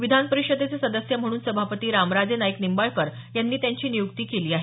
विधानपरिषदेचे सदस्य म्हणून सभापती रामराजे नाईक निंबाळकर यांनी त्यांची नियुक्ती केली आहे